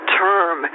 term